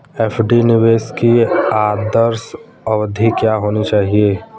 FD निवेश की आदर्श अवधि क्या होनी चाहिए?